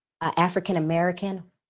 African-American